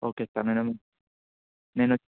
okay sir నేనూ నేను వచ్చి